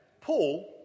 Paul